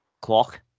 Clock